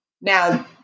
Now